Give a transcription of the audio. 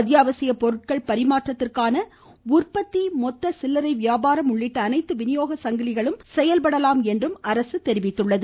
அத்தியாவசிய பொருட்கள் பரிமாற்றத்திற்கான உற்பத்தி மொத்த சில்லறை வியாபாரம் உள்ளிட்ட அனைத்து வினியோக சங்கிலிகளும் செயல்படலாம் என அரசு தெரிவித்துள்ளது